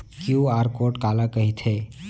QR code काला कहिथे?